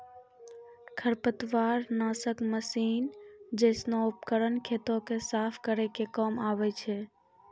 खरपतवार नासक मसीन जैसनो उपकरन खेतो क साफ करै के काम आवै छै